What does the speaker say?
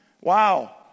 Wow